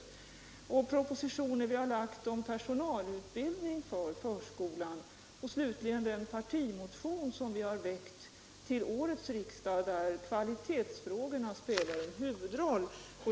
Vidare propositioner som vi har lagt fram om personalutbildning för förskolan. Och slutligen den partimotion som vi har väckt till årets riksdag, där kvalitetsfrågorna spelar en huvudroll.